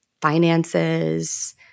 finances